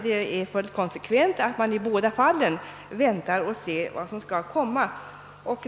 Det konsekventa vore att man i båda fallen avvaktade utredningen.